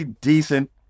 decent